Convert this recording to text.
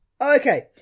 Okay